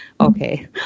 okay